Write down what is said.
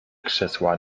krzesła